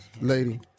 Lady